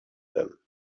them